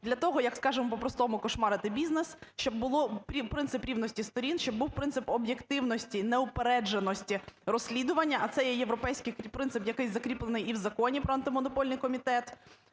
для того як, скажемо по-простому, кошмарити бізнес, щоб був принцип рівності сторін, щоб був принцип об'єктивності, неупередженості розслідування, а це є європейський принцип, який закріплений і в Законі про Антимонопольний комітет.